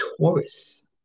Taurus